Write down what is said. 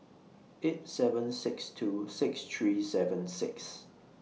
eight seven six two six three seven six